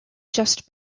just